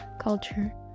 culture